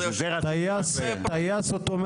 יש להם טייס אוטומטי.